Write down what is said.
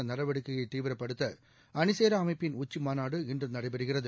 உலகம் நடவடிக்கையை தீவிரப்படுத்த அணிசேரா அமைப்பின் உச்சி மாநாடு இன்று நடைபெறுகிறது